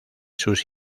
sus